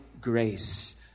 grace